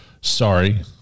sorry